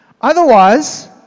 Otherwise